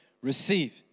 receive